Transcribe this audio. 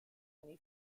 many